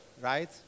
right